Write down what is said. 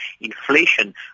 inflation